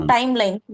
Timeline